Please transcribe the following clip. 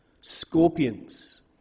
scorpions